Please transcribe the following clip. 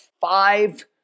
five